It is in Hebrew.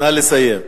נא לסיים.